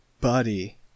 Buddy